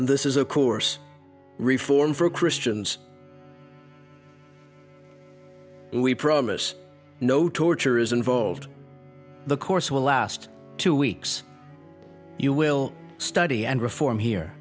this is of course reform for christians we promise no torture is involved the course will last two weeks you will study and reform here